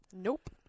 Nope